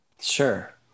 Sure